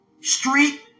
street